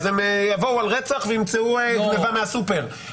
אז הם יבואו על רצח וימצאו גניבה מהסופר.